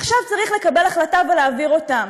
עכשיו צריך לקבל החלטה ולהעביר אותם.